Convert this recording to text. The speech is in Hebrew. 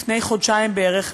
לפני חודשיים בערך,